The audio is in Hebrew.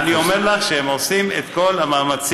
אבל אני אומר לך שהם עושים את כל המאמצים,